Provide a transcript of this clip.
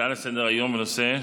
הצעות לסדר-היום בנושא: